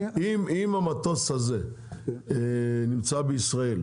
אם המטוס הזה נמצא בישראל,